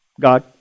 God